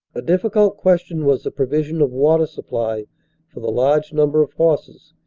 a difficult question was the provi sion of water supply for the large number of horses,